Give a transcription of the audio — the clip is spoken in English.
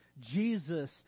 Jesus